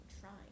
trying